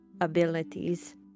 abilities